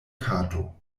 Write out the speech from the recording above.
kato